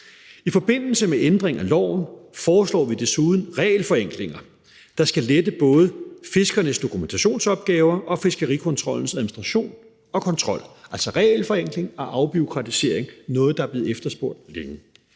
I forbindelse med ændring af loven foreslår vi desuden regelforenklinger, der både skal lette fiskernes dokumentationsopgaver og fiskerikontrollens administration og kontrol, altså regelforenkling og afbureaukratisering, og det er noget, der længe